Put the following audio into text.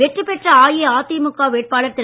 வெற்றி பெற்ற அஇஅதிமுக வேட்பாளர் திரு